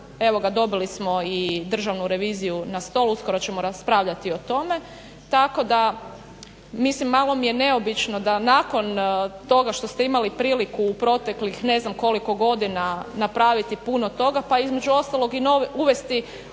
Evo ga, dobili smo i državnu reviziju na stol, uskoro ćemo raspravljati o tome, tako da mislim malo mi je neobično da nakon toga što ste imali priliku u proteklih ne znam koliko godina napraviti puno toga, pa između ostalog uvesti